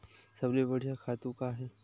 सबले बढ़िया खातु का हे?